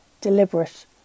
deliberate